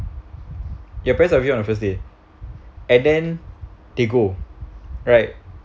your parents are with you on the first day and then they go right